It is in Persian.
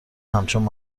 همچون